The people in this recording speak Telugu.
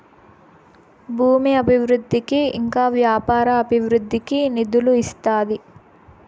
భూమి అభివృద్ధికి ఇంకా వ్యాపార అభివృద్ధికి నిధులు ఇస్తాది